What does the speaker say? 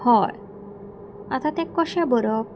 हय आतां तें कशें भरप